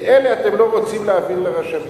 את אלה אתם לא רוצים להעביר לרשמים.